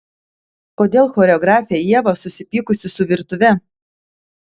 kodėl choreografė ieva susipykusi su virtuve